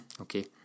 Okay